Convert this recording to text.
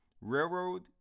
Railroad